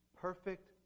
perfect